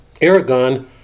Aragon